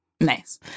Nice